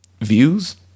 Views